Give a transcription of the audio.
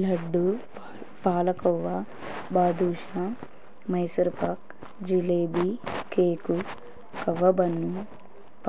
లడ్డు పాలకోవా బాదూషా మైసర్పాక్ జిలేబీ కేకు కవ్వబన్ను